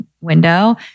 window